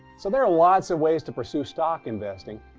so there are lots of ways to pursue stock investing.